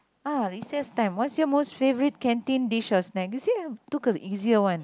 ah recess time what's your most favourite canteen dishes or snack you see I took a easier one